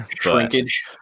Shrinkage